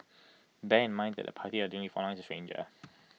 bear in mind that the party that you are dealing with online is A stranger